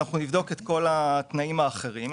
נבדוק את כל התנאים האחרים,